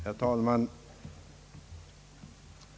Herr talman!